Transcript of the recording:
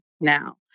now